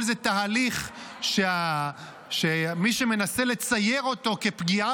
כל זה תהליך שמי שמנסה לצייר אותו כפגיעה